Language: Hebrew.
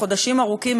חודשים ארוכים,